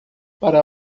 para